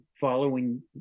following